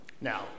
Now